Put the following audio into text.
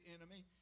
enemy